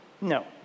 No